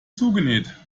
zugenäht